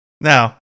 Now